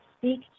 speak